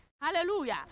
Hallelujah